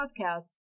podcast